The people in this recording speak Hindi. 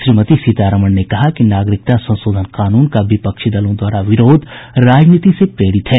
श्रीमती सीतारमन ने कहा कि नागरिकता संशोधन कानून का विपक्षी दलों द्वारा विरोध राजनीति से प्रेरित है